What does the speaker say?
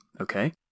Okay